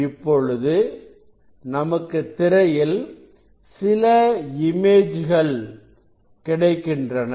இப்பொழுது நமக்கு திரையில் சில இமேஜ்கள் கிடைக்கின்றன